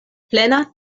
plena